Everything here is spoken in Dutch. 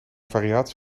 variaties